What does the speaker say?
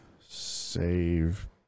save